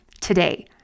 today